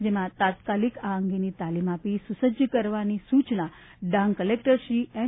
જેમાં તાત્કાલિક આ અંગેની તાલીમ આપી સુસજજ કરવાની સૂચના ડાંગ કલેકટર શ્રી એન